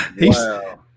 Wow